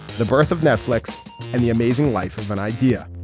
the birth of netflix and the amazing life of an idea